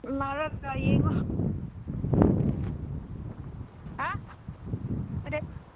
ꯂꯥꯛꯂꯒ ꯌꯦꯡꯉꯣ ꯍꯥ ꯀꯔꯤ ꯍꯥꯏꯕ